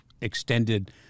extended